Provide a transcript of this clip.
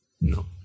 No